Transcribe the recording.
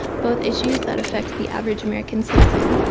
both issues that affect the average american citizen.